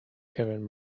kevin